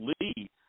Lee